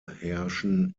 herrschen